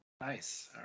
nice